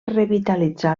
revitalitzar